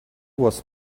was